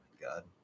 God